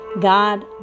God